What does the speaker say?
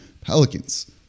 Pelicans